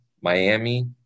Miami